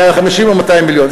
150 או 200 מיליון.